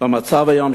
למצב היום,